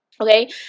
okay